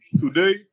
today